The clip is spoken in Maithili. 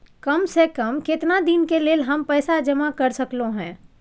काम से कम केतना दिन के लेल हम पैसा जमा कर सकलौं हैं?